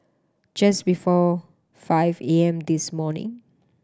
just before five A M this morning